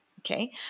Okay